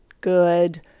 good